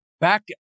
back